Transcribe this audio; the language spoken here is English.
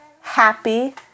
happy